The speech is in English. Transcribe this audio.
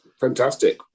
Fantastic